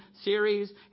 series